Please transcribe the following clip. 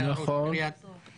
הוא היה ראש עיריית רעננה.